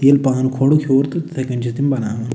ییٚلہِ پَن کھوٚرُکھ ہیوٚر تہٕ تِتھٕے کٔنۍ چھِ تِم بَناوان